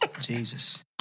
Jesus